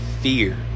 fear